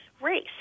Race